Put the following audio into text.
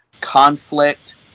conflict